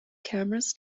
cameras